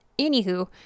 Anywho